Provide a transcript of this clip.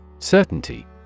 Certainty